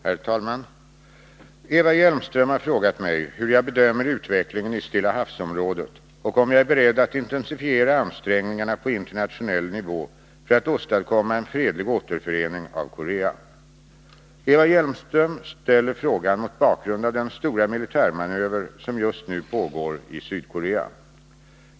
Herr talman! Eva Hjelmström har frågat mig hur jag bedömer utvecklingen i Stilla havs-området och om jag är beredd att intensifiera ansträngningarna på internationell nivå för att åstadkomma en fredlig återförening av Korea. Eva Hjelmström ställer frågan mot bakgrund av den stora militärmanöver som just nu pågår i Sydkorea.